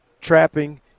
trapping